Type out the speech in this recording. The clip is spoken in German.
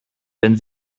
wenn